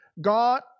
God